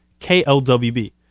KLWB